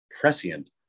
prescient